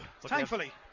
thankfully